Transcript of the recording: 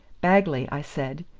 bagley, i said,